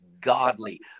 godly